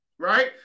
right